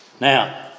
Now